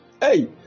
hey